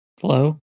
Hello